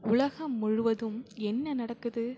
உலகம் முழுவதும் என்ன நடக்குது